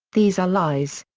these are lies.